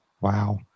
Wow